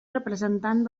representant